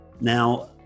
Now